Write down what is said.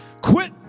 Quit